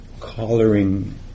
coloring